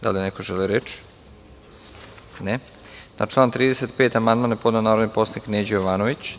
Da li neko želi reč? (Ne) Na član 35. amandman je podneo narodni poslanik Neđo Jovanović.